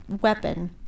weapon